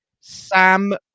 Sam